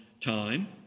time